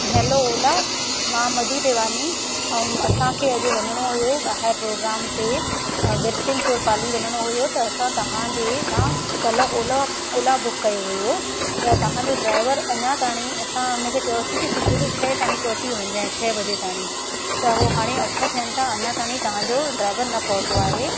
hello Ola मां मधु देवानी अऊं असांखे अॼु वञणो हुयो ॿाहिरि प्रोग्राम ते बीरसिंहुपुर पाली वञिणो हुओ त असां तव्हांजे हितां काल्ह ओला ओला बुक कयो हुओ त तव्हां ड्राइवर अञा ताणी असां उन खे चयोसीं की सुबुह जो छह ताणी पहुची वञे छह वजे ताणी त हो हाणे अठ थियनि त अञा ताणी तव्हांजो ड्राइवर न पहुतो आहे